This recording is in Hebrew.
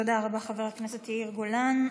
תודה רבה, חבר הכנסת יאיר גולן.